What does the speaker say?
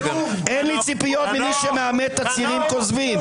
אתה בן אדם עלוב.